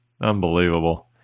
Unbelievable